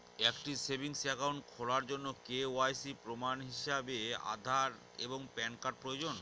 একটি savings account খোলার জন্য কে.ওয়াই.সি প্রমাণ হিসাবে আধার এবং প্যান কার্ড প্রয়োজন